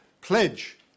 pledge